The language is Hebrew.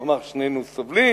הוא אמר: שנינו סובלים.